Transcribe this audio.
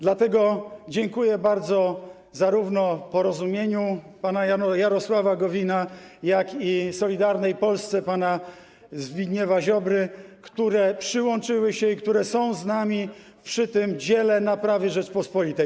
Dlatego dziękuję bardzo zarówno Porozumieniu pana Jarosława Gowina, jak i Solidarnej Polsce pana Zbigniewa Ziobry, które przyłączyły się i które są z nami przy tym dziele naprawy Rzeczypospolitej.